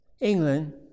England